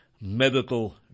medical